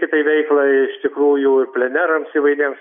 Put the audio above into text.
kitai veiklai iš tikrųjų ir plenerams įvairiems